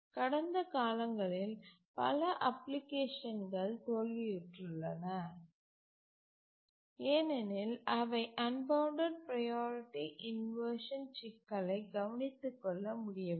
கடந்த காலங்களில் பல அப்ளிகேஷன் கள் தோல்வியுற்றன ஏனெனில் அவை அன்பவுண்டட் ப்ரையாரிட்டி இன்வர்ஷன் சிக்கலை கவனித்துக் கொள்ள முடியவில்லை